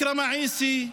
עכרמה עיסי,